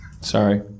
Sorry